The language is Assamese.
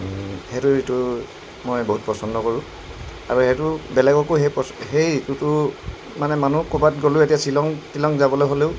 সেইটো ঋতু মই বহুত পচন্দ কৰোঁ আৰু সেইটো বেলেগকো সেই সেই ঋতুটো মানে মানুহ ক'ৰবাত গ'লেও এতিয়া শ্বিলং তিলং যাবলৈ হ'লেও